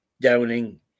Downing